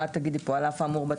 תגידי כאן על אף האמור?